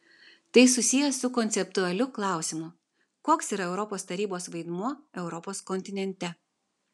tai susiję ir su konceptualiu klausimu koks yra europos tarybos vaidmuo europos kontinente